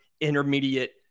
intermediate